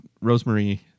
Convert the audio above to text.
rosemary